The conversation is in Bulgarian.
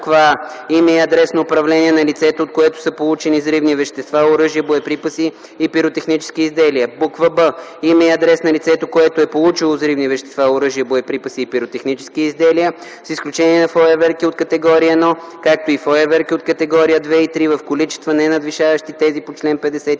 за: а) име и адрес на управление на лицето, от което са получени взривни вещества, оръжия, боеприпаси и пиротехнически изделия; б) име и адрес на лицето, което е получило взривни вещества, оръжия, боеприпаси и пиротехнически изделия, с изключение на фойерверки от категория 1, както и фойерверки от категория 2 и 3 в количества, ненадвишаващи тези по чл. 53;